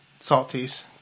salties